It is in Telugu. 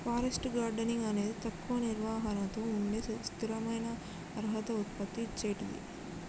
ఫారెస్ట్ గార్డెనింగ్ అనేది తక్కువ నిర్వహణతో ఉండే స్థిరమైన ఆహార ఉత్పత్తి ఇచ్చేటిది